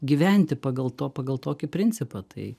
gyventi pagal to pagal tokį principą tai